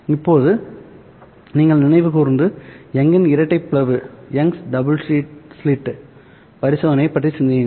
இப்போது நீங்கள் நினைவு கூர்ந்து யங்கின் இரட்டை பிளவுYoung's double slit பரிசோதனையைப் பற்றி சிந்தியுங்கள்